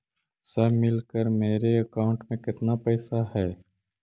सब मिलकर मेरे अकाउंट में केतना पैसा है?